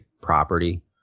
property